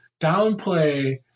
downplay